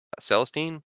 Celestine